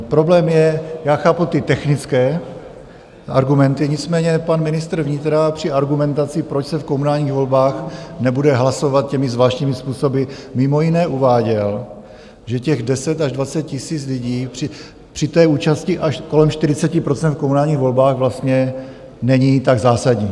Problém je, chápu technické argumenty, nicméně pan ministr vnitra při argumentaci, proč se v komunálních volbách nebude hlasovat těmi zvláštními způsoby, mimo jiné uváděl, že těch 10 až 20 tisíc lidí při účasti až kolem 40 % v komunálních volbách vlastně není tak zásadní.